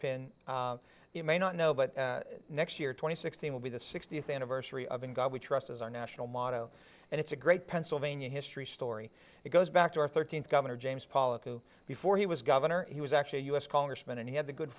pin you may not know but next year twenty sixteen will be the sixtieth anniversary of in god we trust as our national motto and it's a great pennsylvania history story it goes back to our thirteenth governor james pollack who before he was governor he was actually a us congressman and he had the good